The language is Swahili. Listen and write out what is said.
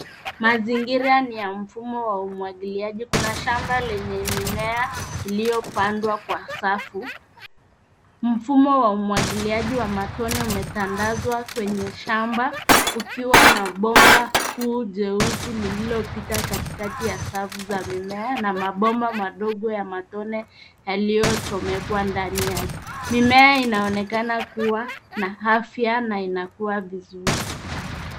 Mazingira ni ya mfumo wa umwagiliaji, kuna shamba lenye mimea iliyopandwa kwa safu. Mfumo wa umwagiliaji wa matone umetandazwa kwenye shamba ukiwa na bomba kuu jeusi lililopita katikati ya safu za mimea na mabomba madogo ya matone yaliyochomekwa ndani yake. Mimea inaonekana kuwa na afya na inakua vizuri.